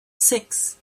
six